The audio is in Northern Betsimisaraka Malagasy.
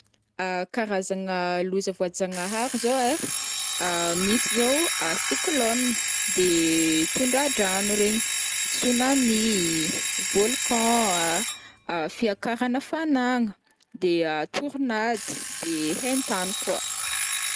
karazagna loza voajanahary zao ai, ah misy zao o: cyclone, de tondra-drano regny, tsunami, volcan a, fiakaran'hafanagna, de tornade, de hain-tany koa.